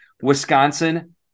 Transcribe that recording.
Wisconsin